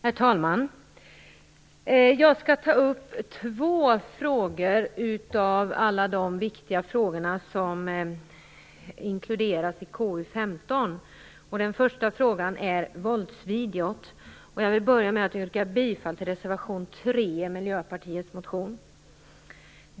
Herr talman! Jag skall ta upp två av alla de viktiga frågor som behandlas i KU15, och den första gäller våldsvideon. Jag vill börja med att yrka bifall till reservation 3, som stöder Miljöpartiets motion.